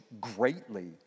greatly